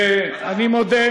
אנחנו, ואני מודה,